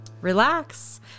relax